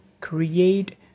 create